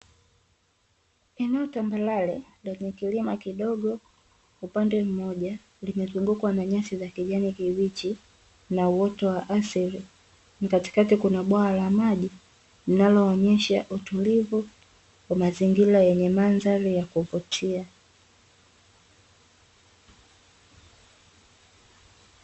Eneo tambarare lenye kilima kidogo upande mmoja, limezungukwa na nyasi za kijani kibichi na uoto wa asili. Katikati, kuna bwawa la maji linaloonyesha utulivu wa mazingira yenye mandhari ya kuvutia.